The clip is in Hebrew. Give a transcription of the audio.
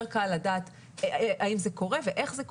יותר קל לדעת האם זה קורה ואיך זה קורה.